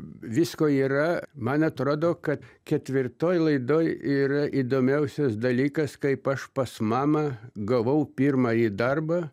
visko yra man atrodo kad ketvirtoj laidoj yra įdomiausias dalykas kaip aš pas mamą gavau pirmąjį darbą